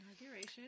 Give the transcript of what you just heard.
Inauguration